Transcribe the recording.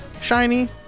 shiny